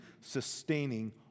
sustaining